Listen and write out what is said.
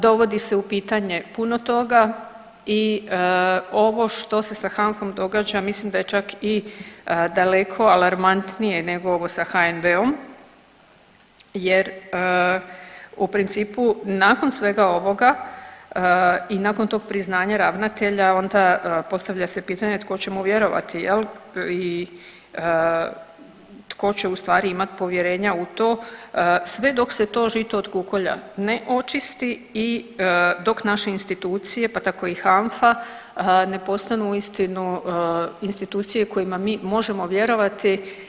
Dovodi se u pitanje puno toga i ovo što se sa HANFA-om događa mislim da je čak i daleko alarmantnije nego ovo sa HNB-om, jer u principu nakon svega ovoga i nakon toga priznanja ravnatelja onda postavlja se pitanje tko će mu vjerovati i tko će u stvari imati povjerenja u to sve dok se to žito od kukolja ne očisti i dok naše institucije, pa tako i HANFA ne postanu uistinu institucije kojima mi možemo vjerovati.